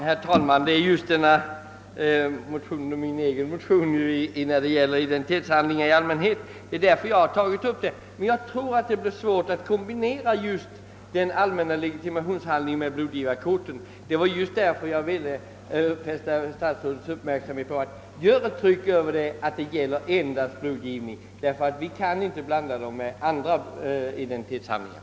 Herr talman! Det är just den motion när det gäller identitetshandlingar i allmänhet, undertecknad bl.a. av mig, som ligger till grund för allmänna beredningsutskottets utlåtande nr 56. Jag tror det blir svårt att kombinera den allmänna legitimationshandlingen med blodgivarkortet. Därför ville jag fäste statsrådets uppmärksamhet på att blodgivarkortet endast bör gälla blodgivning och inte sammanblandas med andra identitetshandlingar.